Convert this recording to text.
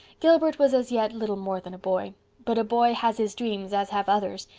gilbert was as yet little more than a boy but a boy has his dreams as have others,